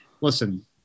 Listen